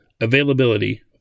Availability